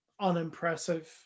unimpressive